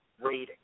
rating